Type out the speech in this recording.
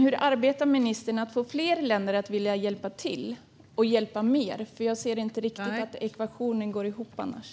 Hur arbetar ministern med att få fler länder att vilja hjälpa till - och hjälpa mer? Jag ser inte riktigt att ekvationen går ihop annars.